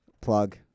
Plug